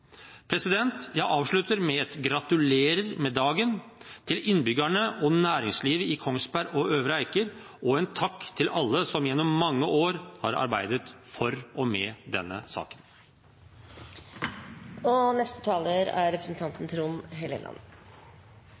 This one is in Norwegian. Jeg avslutter med et gratulerer med dagen til innbyggere og næringsliv i Kongsberg og Øvre Eiker og en takk til alle som gjennom mange år har arbeidet for og med denne saken.